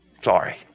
sorry